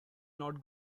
not